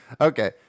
Okay